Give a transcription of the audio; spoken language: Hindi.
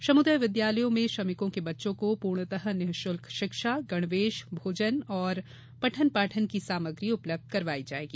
श्रमोदय विदयालयों में श्रमिकों के बच्चों को पूर्णतरू निशुल्क शिक्षा गणवेश भोजन तथा पठन पाठन की सामग्री उपलब्ध करवायी जायेगी